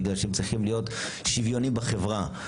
בגלל שהם צריכים להיות שוויוניים בחברה,